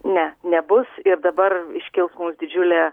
ne nebus ir dabar iškils mums didžiulė